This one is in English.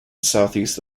southeast